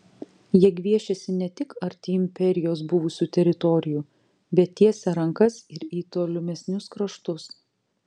jie gviešiasi ne tik arti imperijos buvusių teritorijų bet tiesia rankas ir į tolimesnius kraštus